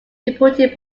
deputy